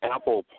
Apple